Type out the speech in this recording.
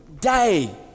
day